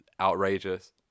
outrageous